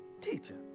Teacher